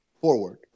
forward